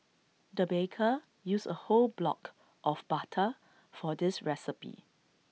the baker used A whole block of butter for this recipe